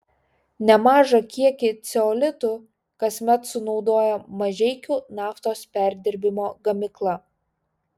nemažą kiekį ceolitų kasmet sunaudoja mažeikių naftos perdirbimo gamykla